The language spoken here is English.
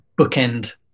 bookend